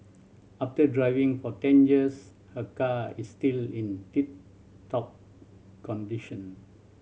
after driving for ten years her car is still in tip top condition